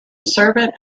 servant